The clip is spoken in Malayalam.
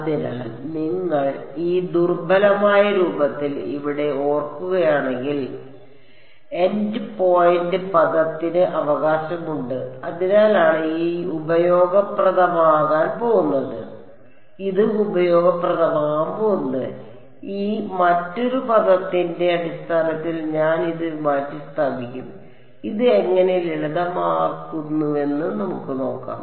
അതിനാൽ നിങ്ങൾ ഇത് ദുർബലമായ രൂപത്തിൽ ഇവിടെ ഓർക്കുകയാണെങ്കിൽ എൻഡ്പോയിന്റ് പദത്തിന് അവകാശമുണ്ട് അതിനാലാണ് ഇത് ഉപയോഗപ്രദമാകാൻ പോകുന്നത് ഈ മറ്റൊരു പദത്തിന്റെ അടിസ്ഥാനത്തിൽ ഞാൻ ഇത് മാറ്റിസ്ഥാപിക്കും ഇത് എങ്ങനെ ലളിതമാക്കുന്നുവെന്ന് നമുക്ക് നോക്കാം